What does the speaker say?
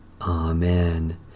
Amen